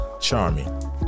Charming